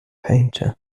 painter